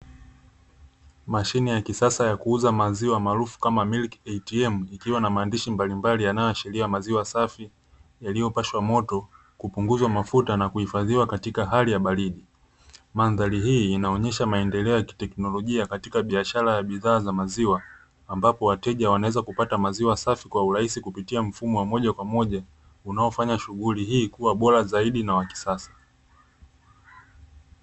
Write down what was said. Mashine ya kisasa ya kuuza maziwa maalufu kama "milk ATM" ikiwa na maandishi mbalimbali yanayoashiria kupatikana kwa maziwa yaliyopashwa moto na kupunguzwa mafuta na kuhifadhiwa katika sehemu ya baridi, Mandhari hii inaonyesha matumizi ya teknolojia katika biashara ya bidhaa za maziwa ambapo wateja wanaweza kupata bidhaa za maziwa kupitia mfumo wa moja kwa moja unaofanya shughuli kuwa bora zaidi na ya kisasa.